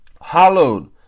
hallowed